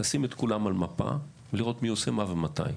לשים את כולם על מפה, ולראות מי עושה מה ומתי.